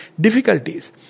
difficulties